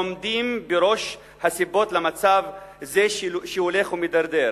עומדים בראש הסיבות למצב זה שהולך ומידרדר.